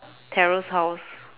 terrace house